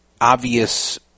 obvious